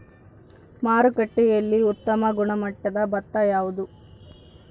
ಮಾರುಕಟ್ಟೆಯಲ್ಲಿ ಉತ್ತಮ ಗುಣಮಟ್ಟದ ಭತ್ತ ಯಾವುದು?